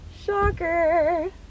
Shocker